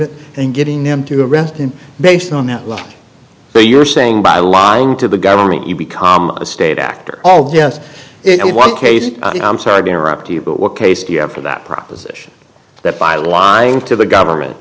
it and getting them to arrest him based on that law so you're saying by lying to the government you become a state actor oh yes it was a case i'm sorry to interrupt you but what case do you have for that proposition that by lying to the government